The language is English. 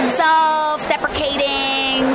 self-deprecating